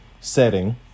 setting